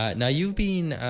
ah now you've been,